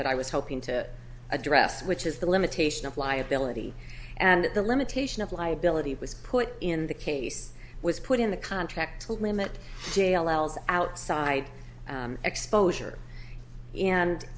that i was hoping to address which is the limitation of liability and the limitation of liability was put in the case was put in the contract to limit jails outside exposure and